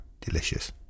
Delicious